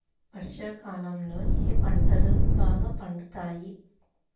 వర్షాకాలంలో ఏ పంటలు బాగా పండుతాయి?